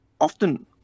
often